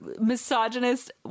misogynist